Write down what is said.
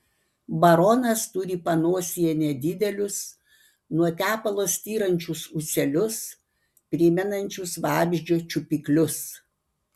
baronas turi panosėje nedidelius nuo tepalo styrančius ūselius primenančius vabzdžio čiupiklius